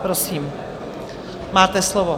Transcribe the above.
Prosím, máte slovo.